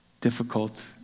difficult